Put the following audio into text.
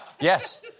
Yes